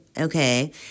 okay